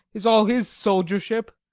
is all his soldiership.